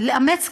לאמץ קשיש,